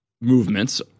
movements